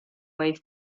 way